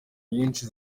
nyinshi